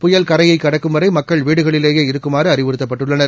புயல் தரையைக் கடக்கும்வரை மக்கள் வீடுகளிலேயே இருக்குமாறு அறிவுறுத்தப்பட்டுள்ளனர்